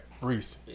Reese